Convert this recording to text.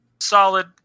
solid